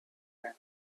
when